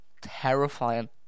terrifying